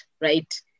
right